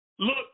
Look